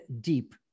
deep